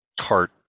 cart